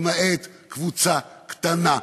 למעט קבוצה קטנה,